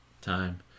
time